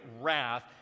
wrath